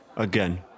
Again